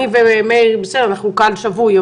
אני ומאיר יצחק הלוי אנחנו קהל שבוי,